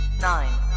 nine